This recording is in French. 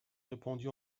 répandu